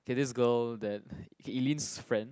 okay this girl that okay Eleen's friend